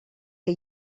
que